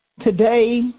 today